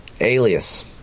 alias